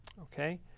okay